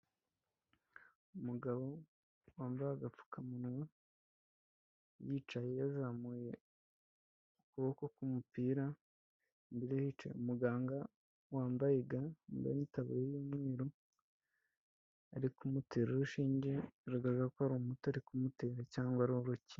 Umugabo wambaye agapfukamunwa yicaye yazamuye ukuboko k'umupiraimbereye hicaye umuganga wambaye ga n'itabiriya y'umweruru ari kumutera urushinge biragaragara ko ari umuti ari kumutera cyangwa ari urukingo.